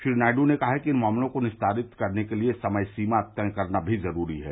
श्री नायड ने कहा कि इन मामलों को निस्तारित करने के लिए समय सीमा तय करना भी जरूरी है